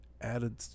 added